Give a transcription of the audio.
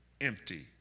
empty